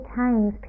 times